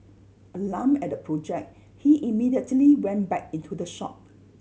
alarmed at the object he immediately went back into the shop